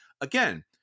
Again